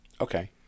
Okay